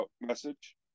message